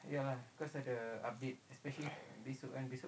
ya